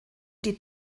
die